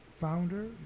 founder